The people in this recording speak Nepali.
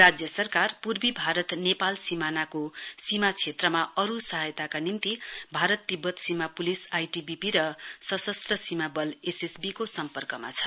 राज्य सरकार पूर्वी भारत नेपाल सीमानाको सीमा क्षेत्रमा अरु सहायताका निम्ति भारत तिब्बत सिमा पुलिस आईटीबीपी र सशस्त्र सीमा बल एसएसबी को सम्पर्कमा छ